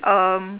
um